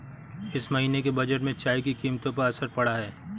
इस महीने के बजट में चाय की कीमतों पर असर पड़ा है